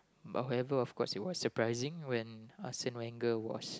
but however of course it was surprising when Arsene-Wenger was